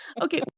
Okay